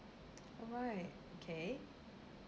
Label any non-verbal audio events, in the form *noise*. *noise* alright okay